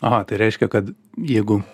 aha tai reiškia kad jeigu